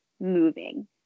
moving